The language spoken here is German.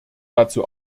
dazu